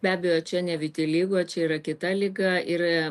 be abejo čia ne vitiligo čia yra kita liga ir